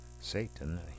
Satan